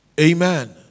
Amen